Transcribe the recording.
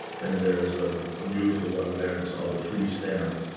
and there's a beautiful one there that's called the free stamp.